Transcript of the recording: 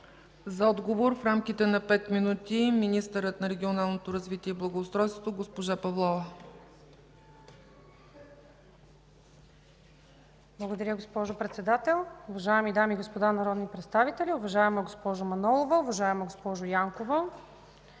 За отговор в рамките на пет минути – министърът на регионалното развитие и благоустройството госпожа Павлова. МИНИСТЪР ЛИЛЯНА ПАВЛОВА: Благодаря, госпожо Председател. Уважаеми дами и господа народни представители, уважаема госпожо Манолова, уважаема госпожо Янкова!